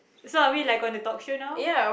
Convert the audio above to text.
so are we like on a talk show now